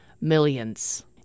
millions